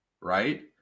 right